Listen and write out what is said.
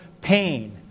pain